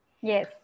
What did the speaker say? Yes